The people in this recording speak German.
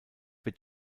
wird